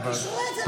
קישרו את זה,